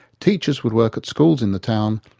teachers would work at schools in the town,